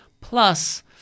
plus